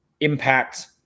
impact